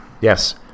Yes